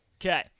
Okay